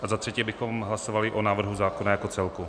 A za třetí bychom hlasovali o návrhu zákona jako celku.